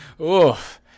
Oof